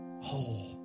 whole